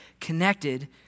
connected